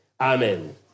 Amen